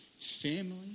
family